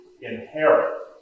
inherit